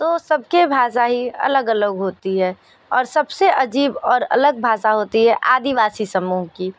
तो सबके भाषाई अलग अलग होती है और सबसे अजीब और अलग भाषा होती है आदिवासी समूह की